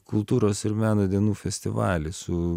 kultūros ir meno dienų festivalį su